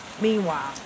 Meanwhile